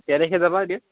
কেই তাৰিখে যাবা এতিয়া